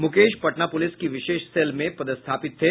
Mukesh Patna police की विशेष cell में पदस्थापित थे